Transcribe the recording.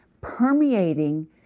permeating